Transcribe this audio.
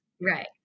Right